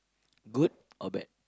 good or bad